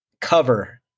cover